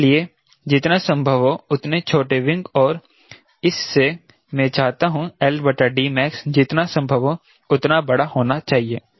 इसलिए जितना संभव हो उतने छोटे विंग और इस से मैं चाहता हूं max जितना संभव हो उतना बड़ा होना चाहिए